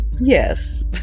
Yes